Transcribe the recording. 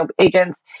agents